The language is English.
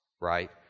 right